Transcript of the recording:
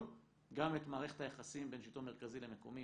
גם את מערכת היחסים בין שלטון מרכזי למקומי,